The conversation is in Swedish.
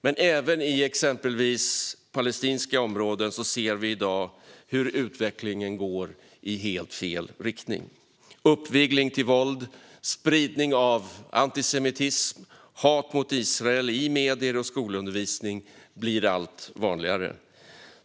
Men även i exempelvis palestinska områden ser vi i dag hur utvecklingen går i helt fel riktning. Uppvigling till våld, spridning av antisemitism och hat mot Israel i medier och skolundervisning blir allt vanligare.